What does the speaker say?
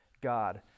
God